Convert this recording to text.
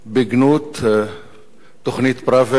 בגנות תוכנית פראוור,